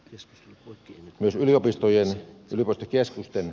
jos kesäyliopisto jäiset tulivat keskusten